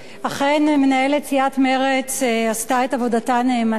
אכן, מנהלת סיעת מרצ עשתה את עבודתה נאמנה,